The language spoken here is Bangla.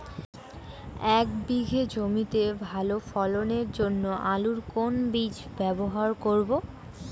এক বিঘে জমিতে ভালো ফলনের জন্য আলুর কোন বীজ ব্যবহার করব?